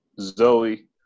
Zoe